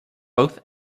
both